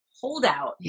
holdout